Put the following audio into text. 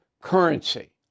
currency